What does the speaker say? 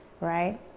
right